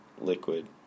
liquid